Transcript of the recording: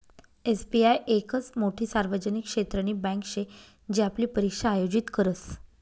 SBI येकच मोठी सार्वजनिक क्षेत्रनी बँके शे जी आपली परीक्षा आयोजित करस